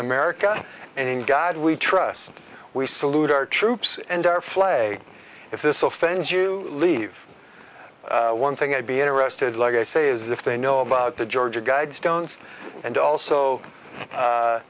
america and in god we trust we salute our troops and our flay if this offends you leave one thing i'd be interested like i say is if they know about the georgia guidestones and